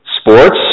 Sports